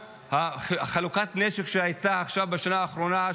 חלוקת הנשק שהייתה עכשיו בשנה האחרונה,